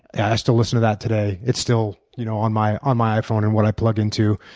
i still listen to that today. it's still you know on my on my iphone and what i plug into.